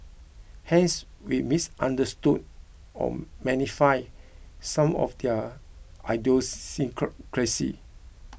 hence we misunderstood or some of their